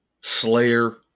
Slayer